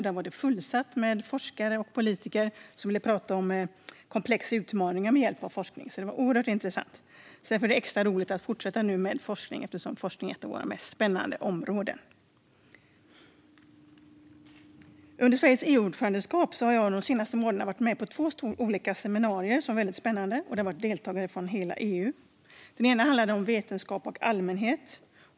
Den var fullsatt med forskare och politiker som ville tala om att möta komplexa utmaningar med hjälp av forskning. Det var oerhört intressant. Det är extra roligt att nu fortsätta att debattera forskning, eftersom forskning är ett av våra mest spännande områden. Under Sveriges EU-ordförandeskap har jag de senaste månaderna varit med på två olika seminarier som var väldigt spännande, med deltagare från hela EU. Det ena seminariet handlade om vetenskap och allmänhet.